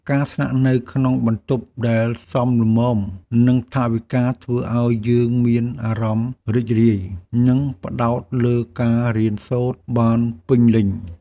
ការស្នាក់នៅក្នុងបន្ទប់ដែលសមល្មមនឹងថវិកាធ្វើឱ្យយើងមានអារម្មណ៍រីករាយ និងផ្តោតលើការរៀនសូត្របានពេញលេញ។